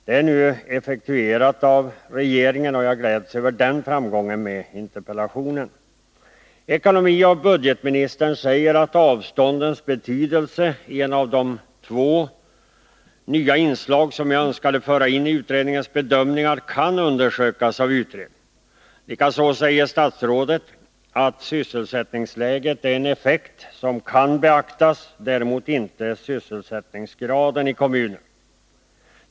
Det är nu effektuerat av regeringen, och jag gläds över den framgången med interpellationen. Ekonomioch budgetministern säger att avståndens betydelse — ett av de två nya inslag jag önskade föra in i utredningens bedömningar — kan undersökas av utredningen. Likaså säger statsrådet att sysselsättningsläget är en effekt som kan beaktas — däremot inte sysselsättningsgraden i kommunerna.